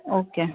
okay